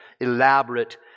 elaborate